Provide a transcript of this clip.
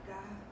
God